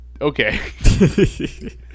Okay